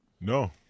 No